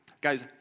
guys